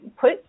Put